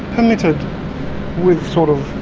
permitted with sort of